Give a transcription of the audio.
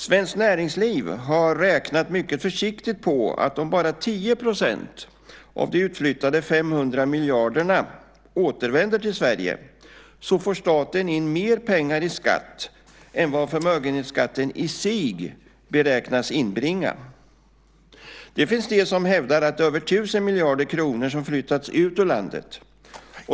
Svenskt Näringsliv har räknat, mycket försiktigt, på att om bara 10 % av de utflyttade 500 miljarderna återvänder till Sverige får staten in mer pengar i skatt än vad förmögenhetsskatten i sig beräknas inbringa. Det finns de som hävdar att över 1 000 miljarder kronor flyttats ut ur landet.